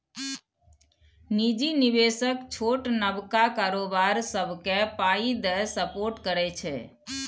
निजी निबेशक छोट नबका कारोबार सबकेँ पाइ दए सपोर्ट करै छै